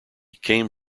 came